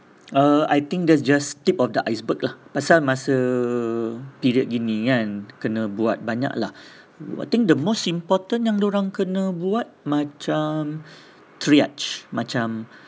err I think that's just tip of the iceberg lah pasal masa period gini kan kena buat banyak lah I think the most important yang dorang kena buat triage macam